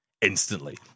instantly